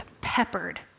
peppered